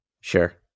Sure